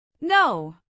No